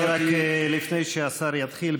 לפני שהשר יתחיל,